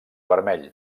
vermell